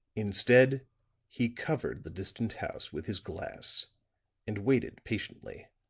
instead he covered the distant house with his glass and waited patiently.